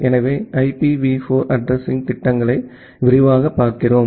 எனவே IPV 4 addressing திட்டங்களை விரிவாகப் பார்க்கிறோம்